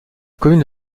commune